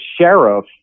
sheriff